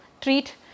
treat